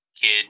kid